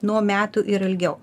nuo metų ir ilgiau